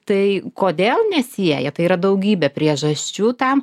tai kodėl nesieja tai yra daugybė priežasčių tam